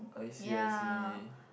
I see I see